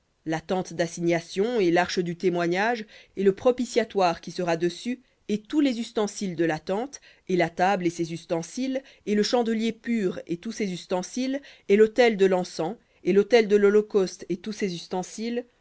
la tente d'assignation et l'arche du témoignage et le propitiatoire qui sera dessus et tous les ustensiles de la tente et la table et ses ustensiles et le chandelier pur et tous ses ustensiles et l'autel de lencens et l'autel de l'holocauste et tous ses ustensiles